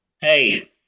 hey